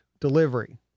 delivery